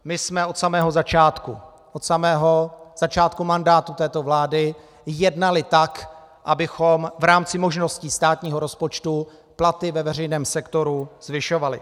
My jsme od samého začátku, od samého začátku mandátu této vlády, jednali tak, abychom v rámci možností státního rozpočtu platy ve veřejném sektoru zvyšovali.